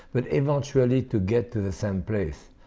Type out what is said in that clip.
but eventually to get to the same place,